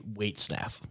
waitstaff